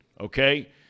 Okay